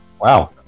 Wow